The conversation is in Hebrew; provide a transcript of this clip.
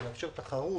הוא יאפשר תחרות,